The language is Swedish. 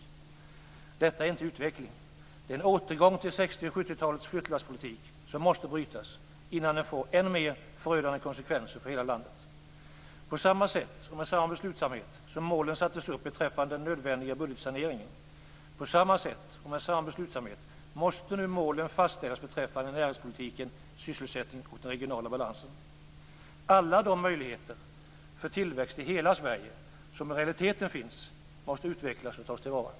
Detta är inte utveckling. Det är en återgång till 60 och 70-talens flyttlasspolitik, som måste brytas innan den får än mer förödande konsekvenser för hela landet. På samma sätt och med samma beslutsamhet som målen sattes upp beträffande den nödvändiga budgetsaneringen måste nu målen fastställas beträffande näringspolitiken, sysselsättningen och den regionala balansen. Alla de möjligheter för tillväxt i hela Sverige som i realiteten finns måste utvecklas och tas till vara.